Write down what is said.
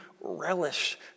relish